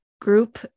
group